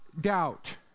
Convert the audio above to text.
doubt